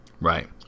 Right